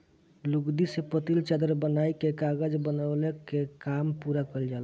लुगदी से पतील चादर बनाइ के कागज बनवले कअ काम पूरा कइल जाला